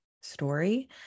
story